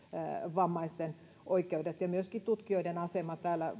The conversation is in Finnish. vammaisten oikeudet ja myöskin tutkijoiden asema täällä